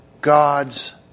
God's